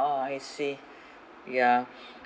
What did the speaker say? I see